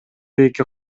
эки